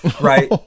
right